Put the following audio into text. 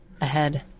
ahead